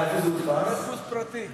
זה דפוס פרטי.